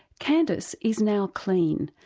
candice is now clean,